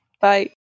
Bye